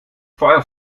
feuer